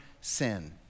sin